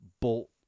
bolt